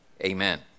Amen